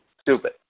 stupid